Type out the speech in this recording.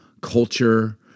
culture